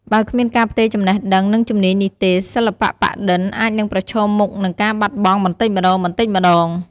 បើគ្មានការផ្ទេរចំណេះដឹង និងជំនាញនេះទេ សិល្បៈប៉ាក់-ឌិន អាចនឹងប្រឈមមុខនឹងការបាត់បង់បន្តិចម្តងៗ។